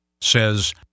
says